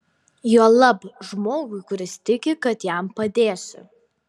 juolab žmogui kuris tiki kad jam padėsiu